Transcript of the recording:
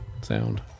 sound